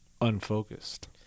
unfocused